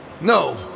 No